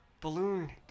balloon